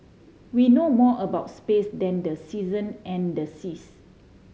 we know more about space than the season and the seas